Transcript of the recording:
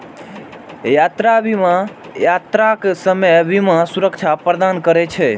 यात्रा बीमा यात्राक समय बीमा सुरक्षा प्रदान करै छै